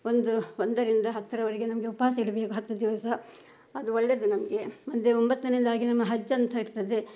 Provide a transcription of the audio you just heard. ಒಂದು ಒಂದರಿಂದ ಹತ್ತರವರೆಗೆ ನಮಗೆ ಉಪವಾಸ ಇಡಬೇಕು ಹತ್ತು ದಿವಸ ಅದು ಒಳ್ಳೇದು ನಮಗೆ ಅಂದರೆ ಒಂಬತ್ತನೆಯದಾಗಿ ನಮ್ಮ ಹಜ್ ಅಂತ ಇರ್ತದೆ